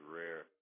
rare